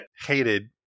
hated